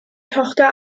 tochter